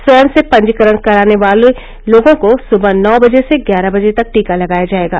स्वयं से पंजीकरण कराने वाले लोगों को सुबह नौ बजे से ग्यारह बजे तक टीका लगाया जाएगा